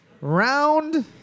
round